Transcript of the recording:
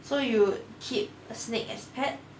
so you keep a snake as pet